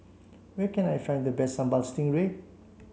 where can I find the best Sambal Stingray